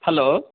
hello